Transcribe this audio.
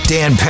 Dan